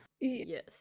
yes